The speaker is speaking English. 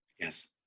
Yes